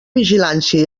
vigilància